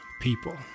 people